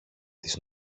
τις